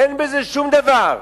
אין בזה שום דבר,